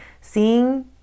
seeing